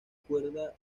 cuerda